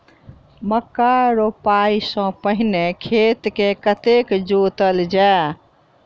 मक्का रोपाइ सँ पहिने खेत केँ कतेक जोतल जाए?